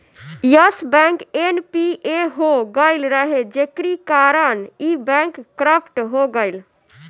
Yes bank NPA हो गईल रहे जेकरी कारण इ बैंक करप्ट हो गईल